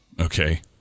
Okay